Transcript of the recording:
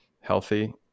healthy